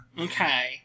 Okay